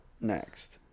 next